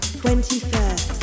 21st